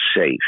safe